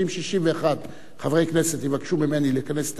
שאם 61 חברי כנסת יבקשו ממני לכנס את